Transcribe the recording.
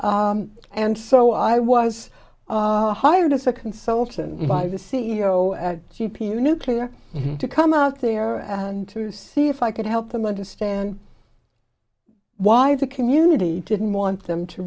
and so i was hired as a consultant by the c e o at g p nuclear to come out there and to see if i could help them understand why the community didn't want them to